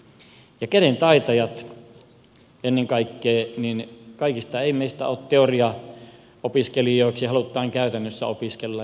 ja kädentaitajat ennen kaikkea kaikista meistä ei ole teoriaopiskelijoiksi ja halutaan käytännössä opiskella